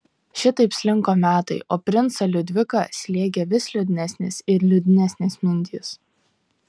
šitaip slinko metai o princą liudviką slėgė vis liūdnesnės ir liūdnesnės mintys